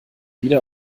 wieder